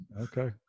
Okay